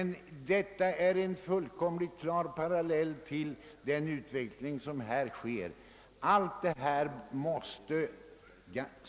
Detta är en klar parallell till den utveckling som nu pågår på vägarna.